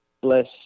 bless